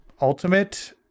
ultimate